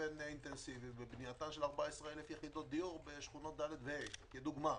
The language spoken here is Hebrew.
באופן אינטנסיבי בבנייתן של 14,000 יחידות דיור בשכונות ד' וה' כדוגמה,